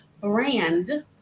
Brand